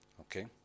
Okay